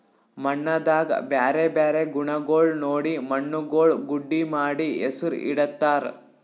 ಮಣ್ಣದಾಗ್ ಬ್ಯಾರೆ ಬ್ಯಾರೆ ಗುಣಗೊಳ್ ನೋಡಿ ಮಣ್ಣುಗೊಳ್ ಗುಡ್ಡಿ ಮಾಡಿ ಹೆಸುರ್ ಇಡತ್ತಾರ್